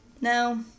no